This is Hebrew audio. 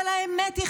אבל האמת היא,